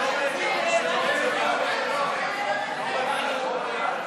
להעביר לוועדה את